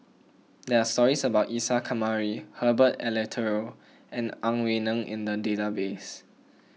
there are stories about Isa Kamari Herbert Eleuterio and Ang Wei Neng in the database